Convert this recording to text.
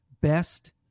best